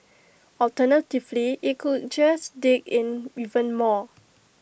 alternatively IT could just dig in even more